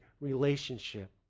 relationship